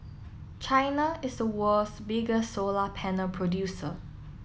China is the world's bigger solar panel producer